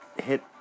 Hit